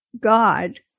God